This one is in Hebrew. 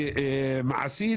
מעשית,